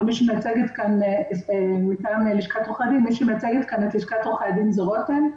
אבל מי שמייצגת כאן מטעם לשכת עורכי הדין זו רותם.